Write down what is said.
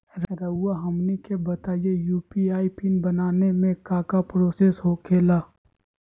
रहुआ हमनी के बताएं यू.पी.आई पिन बनाने में काका प्रोसेस हो खेला?